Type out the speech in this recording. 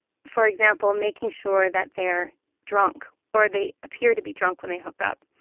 for example, making sure that they're drunk or they appear to be drunk when they hook up.